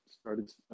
started